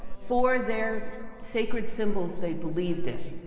for their sacred symbols they believed in.